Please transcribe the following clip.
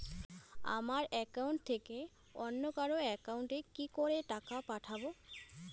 আমার একাউন্ট থেকে অন্য কারো একাউন্ট এ কি করে টাকা পাঠাবো?